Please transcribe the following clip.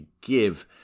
give